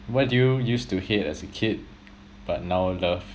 what did you use to hate as a kid but now love